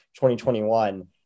2021